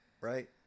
right